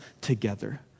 together